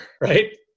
right